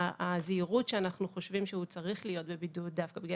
הזהירות שאנחנו חושבים שהוא צריך להיות בבידוד דווקא בגלל